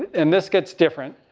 and this gets different.